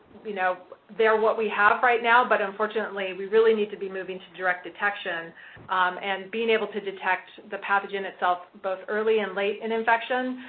know, they're what we have right now, but unfortunately, we really need to be moving to direct detection and being able to detect the pathogen itself, both early and late in infection.